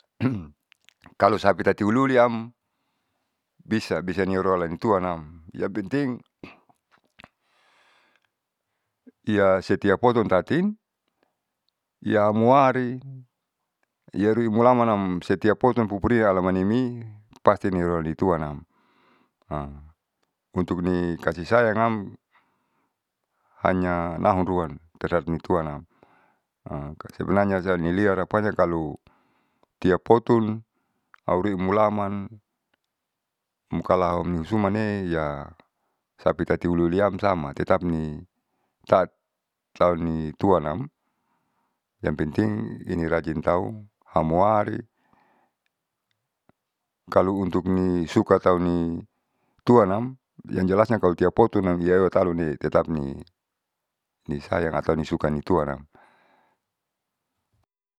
kalu sapi tati uliuliam bisa bisanirole tuanam yang penting ia setiap otun tatin iahamwari iaruimulaman setiap potun pupurina alamanimi pasti nirolituanam untukni kasih sayangam hanya nahunruan sebenarnya siamni liar apanya kalu tiap potun auri mulaman mukalaminsumane ya sapi tati uliuliam sama tetap ni tauni tuanam yang penting ini rajin auhamwari kalu untuk nisuka atau ni tuanam yang jelasnya kalo tiap potunam iahewa tauni tetapni nisaya atau nisuka nituanam.